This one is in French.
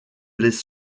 les